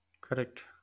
correct